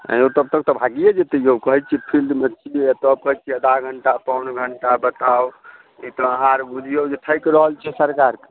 है यौ तब तक भागिए जेतै यौ कहैत छियै फील्डमे छियै तब कहैत छियै आधा घण्टा पौन घण्टा बताउ ई तऽ अहाँ आर बुझियौ जे ठकि रहल छियै सरकार कऽ